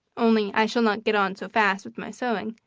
only i shall not get on so fast with my sewing,